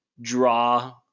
draw